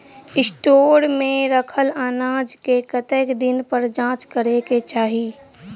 Store मे रखल अनाज केँ कतेक दिन पर जाँच करै केँ चाहि?